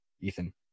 Ethan